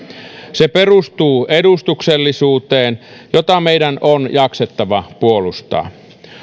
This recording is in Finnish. se perustuu edustuksellisuuteen jota meidän on jaksettava puolustaa